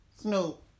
Snoop